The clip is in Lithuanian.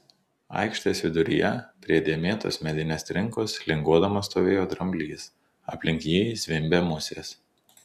aikštės viduryje prie dėmėtos medinės trinkos linguodamas stovėjo dramblys aplink jį zvimbė musės